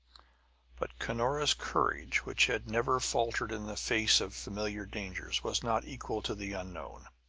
but cunora's courage, which had never faltered in the face of familiar dangers, was not equal to the unknown.